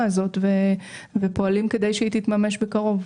הזאת ופועלים כדי שהיא תתממש בקרוב.